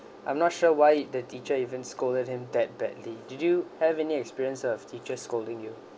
I'm not sure why the teacher even scolded him that badly did you have any experience of teacher scolding you